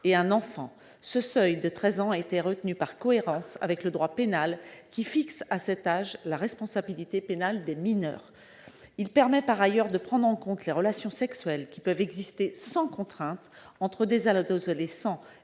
et un enfant. Ce seuil de treize ans a été retenu par cohérence avec le droit pénal, qui fixe la responsabilité pénale des mineurs à cet âge. Il permet par ailleurs de prendre en compte les relations sexuelles qui peuvent exister sans contrainte entre des adolescents